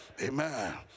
Amen